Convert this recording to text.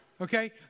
Okay